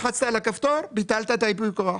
לחצת על הכפתור וביטלת את ייפוי הכוח.